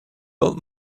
old